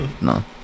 No